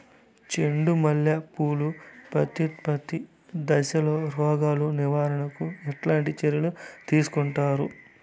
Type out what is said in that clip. చెండు మల్లె పూలు ప్రత్యుత్పత్తి దశలో రోగాలు నివారణకు ఎట్లాంటి చర్యలు తీసుకుంటారు?